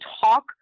talk